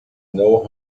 know